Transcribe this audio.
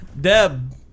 deb